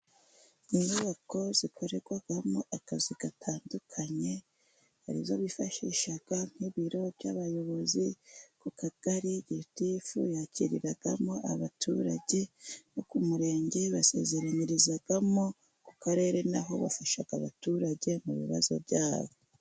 Inyubako zikorerwamo akazi gatandukanye arizo bifashisha nk'ibiro by'abayobozi ku kagari. Gitifu yakiriramo abaturage bo ku murenge, basezeranyirizamo. Ku karere naho bafasha abaturage mu bibazo byabo.